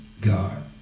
God